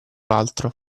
l’altro